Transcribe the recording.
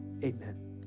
Amen